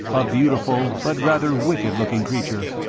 a beautiful but rather wicked-looking creature.